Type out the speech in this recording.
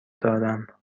دارم